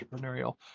entrepreneurial